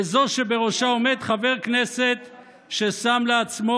לזו שבראשה עומד חבר כנסת ששם לעצמו